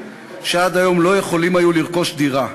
שעד היום לא היו יכולים לרכוש דירה.